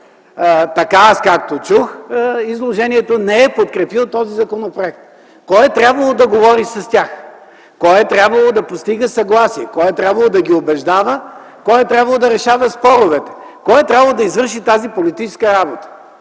от участващите в дискусията не е подкрепил този законопроект. Кой е трябвало да говори с тях? Кой е трябвало да постига съгласие? Кой е трябвало да ги убеждава? Кой е трябвало да решава споровете? Кой е трябвало да извърши тази политическа работа?